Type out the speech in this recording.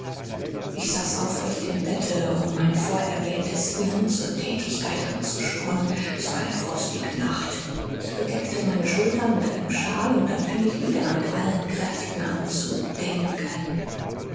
ich saß aufrecht im bette um mein vorerwähntes hirn zur thätigkeit anzuspornen es war eine frostige nacht ich bedeckte meine schultern mit einem shawl und dann fing ich wieder mit allen kräften an zu denken